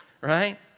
Right